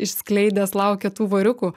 išskleidęs laukia tų voriukų